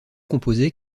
composé